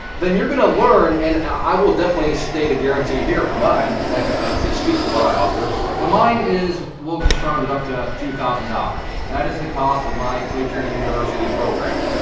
then you're gonna learn and i will definitely state a guarantee here for mine, cause i can obviously speak to what i offer, but mine is, we'll just round it up to two thousand dollars. that is the cost of my claytrader university program.